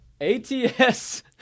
ATS